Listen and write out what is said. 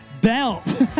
belt